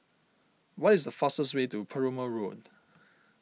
what is the fastest way to Perumal Road